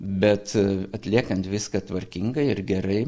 bet atliekant viską tvarkingai ir gerai